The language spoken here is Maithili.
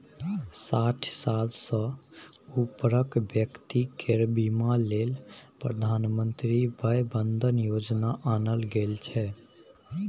साठि साल सँ उपरक बेकती केर बीमा लेल प्रधानमंत्री बय बंदन योजना आनल गेल छै